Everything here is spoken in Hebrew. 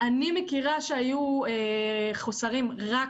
אני מכירה שהיו חוסרים רק